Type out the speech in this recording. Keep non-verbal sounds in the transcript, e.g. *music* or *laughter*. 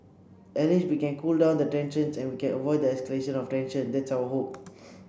at least we can cool down the tensions and we can avoid the escalation of tension that's our hope *noise*